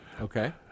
Okay